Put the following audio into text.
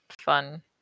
fun